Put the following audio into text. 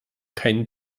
keinen